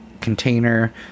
container